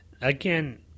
again